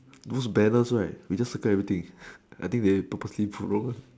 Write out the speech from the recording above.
those banners right we just circle everything I think they purposely put wrong